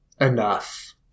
enough